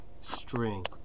String